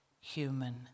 human